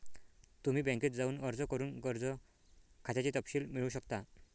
तुम्ही बँकेत जाऊन अर्ज करून कर्ज खात्याचे तपशील मिळवू शकता